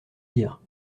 dire